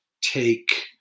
take